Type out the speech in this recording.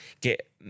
get